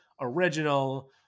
original